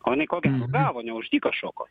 o inai ko gero gavo ne už dyką šoko